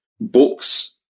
books